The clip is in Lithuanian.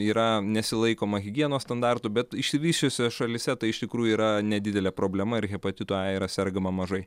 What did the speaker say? yra nesilaikoma higienos standartų bet išsivysčiusiose šalyse tai iš tikrųjų yra nedidelė problema ir hepatitu a yra sergama mažai